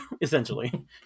Essentially